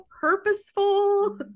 purposeful